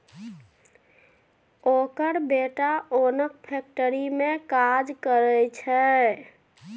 ओकर बेटा ओनक फैक्ट्री मे काज करय छै